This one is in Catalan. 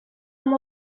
amb